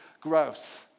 growth